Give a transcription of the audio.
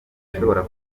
ishobora